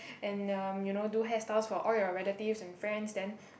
and um you know do hairstyles for all your relatives and friends then